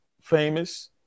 famous